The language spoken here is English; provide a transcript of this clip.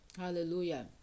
hallelujah